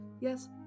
yes